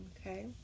Okay